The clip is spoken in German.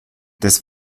des